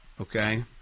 Okay